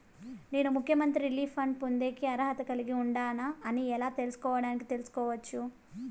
నేను ముఖ్యమంత్రి relief fund పొందేకి అర్హత కలిగి ఉండానా అని ఎలా తెలుసుకోవడానికి తెలుసుకోవచ్చు